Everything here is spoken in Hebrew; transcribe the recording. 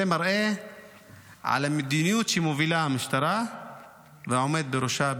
זה מראה על המדיניות שמובילה המשטרה והעומד בראשה,